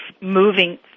moving